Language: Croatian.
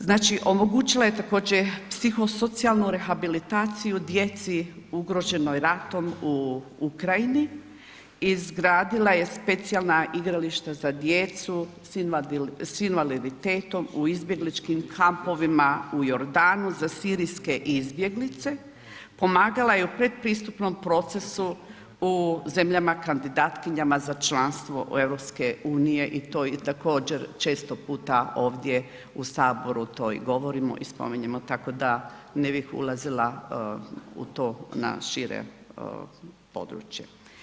Znači omogućila je također psihosocijalnu rehabilitaciju djeci ugroženoj ratom u Ukrajini, izgradila je specijalna igrališta za djecu s invaliditetom u izbjegličkim kampovima u Jordanu za sirijske izbjeglice, pomagala je u predpristupnom procesu u zemljama kandidatkinjama za članstvo EU i to također često puta ovdje u Saboru to i govorimo i spominjemo tako da ne bih ulazila u to na šire područje.